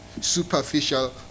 superficial